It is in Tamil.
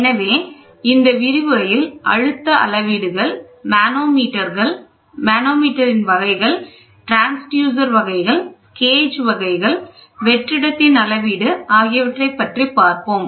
எனவே இந்த விரிவுரையில் அழுத்தம் அளவீடுகள் மேனோமீட்டர்கள் வகைகள் டிரான்ஸ்யூசர் வகைகள் கேஜ் வகைகள் வெற்றிடத்தின் அளவீடு ஆகியவற்றைப் பற்றி பார்ப்போம்